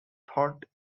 thought